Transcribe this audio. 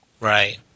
Right